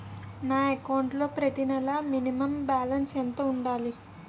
నా అకౌంట్ లో ప్రతి నెల మినిమం బాలన్స్ ఎంత ఉండాలి?